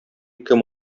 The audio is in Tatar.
кем